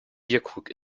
bierkrug